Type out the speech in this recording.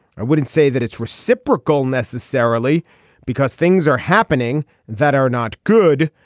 i wouldn't say that it's reciprocal necessarily because things are happening that are not good.